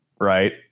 Right